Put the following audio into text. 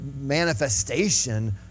manifestation